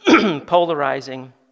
polarizing